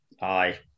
aye